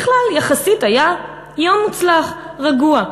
בכלל, יחסית היה יום מוצלח, רגוע.